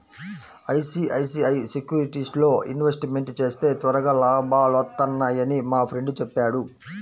ICICI సెక్యూరిటీస్లో investment చేస్తే త్వరగా లాభాలొత్తన్నయ్యని మా ఫ్రెండు చెప్పాడు